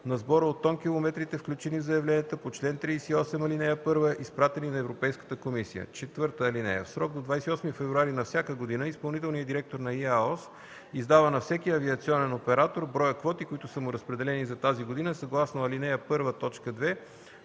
на сбора от тонкилометрите, включени в заявленията по чл. 38, ал. 1, изпратени на Европейската комисия. (4) В срок до 28 февруари на всяка година изпълнителният директор на ИАОС издава на всеки авиационен оператор броя квоти, които са му разпределени за тази година съгласно ал. 1,